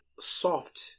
soft